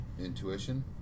Intuition